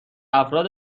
افراد